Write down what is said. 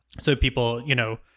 so people, you know,